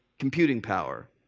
computing power?